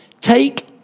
Take